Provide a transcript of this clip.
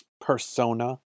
persona